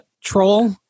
troll